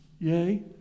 yay